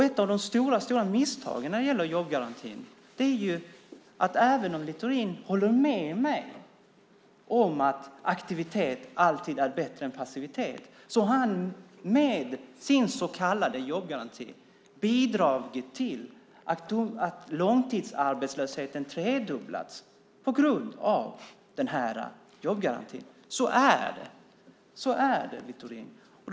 Ett av de stora misstagen när det gäller jobbgarantin är att även om Littorin håller med mig om att aktivitet alltid är bättre än passivitet har han med sin så kallade jobbgaranti bidragit till att långtidsarbetslösheten har tredubblats på grund av denna jobbgaranti. Så är det, Littorin.